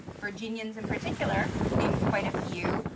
virginians in particular. we named quite a few.